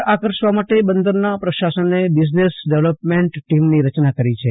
વ્યાપાર આકર્ષવા માટે બંદરનાં પ્રશાશન બિજનેશ ડેવલેપની ટીમની રચના કરી છે